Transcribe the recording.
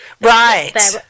right